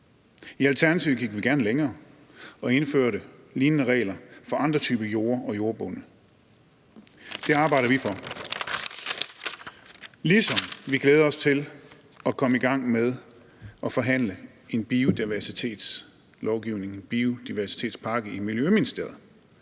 I Alternativet gik vi gerne længere og indførte lignende regler for andre typer jorde og jordbunde. Det arbejder vi for. Vi glæder os også til at komme i gang med at forhandle en biodiversitetslovgivning,